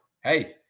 hey